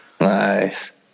Nice